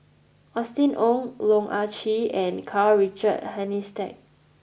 Austen Ong Loh Ah Chee and Karl Richard Hanitsch